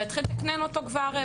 ולהתחיל לתקנן אותו כבר,